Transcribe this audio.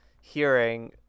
hearing